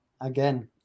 again